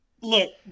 Look